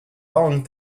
long